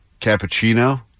cappuccino